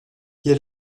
est